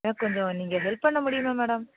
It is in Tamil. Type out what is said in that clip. எனக்கு கொஞ்சம் நீங்கள் ஹெல்ப் பண்ண முடியுமா மேடம்